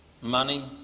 money